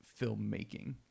filmmaking